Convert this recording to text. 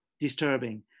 disturbing